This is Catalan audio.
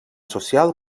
social